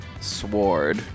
sword